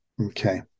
Okay